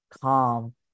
calm